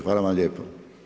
Hvala vam lijepo.